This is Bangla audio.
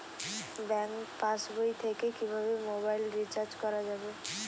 ব্যাঙ্ক পাশবই থেকে কিভাবে মোবাইল রিচার্জ করা যাবে?